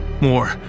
more